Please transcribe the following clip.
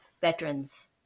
veterans